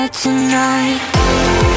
tonight